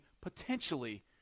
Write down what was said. potentially